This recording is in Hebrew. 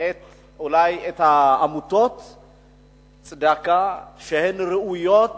את עמותות הצדקה, שראויות